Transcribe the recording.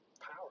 power